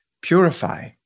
purify